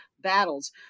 battles